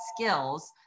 skills